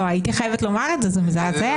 הייתי חייבת לומר את זה, זה מזעזע.